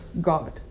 God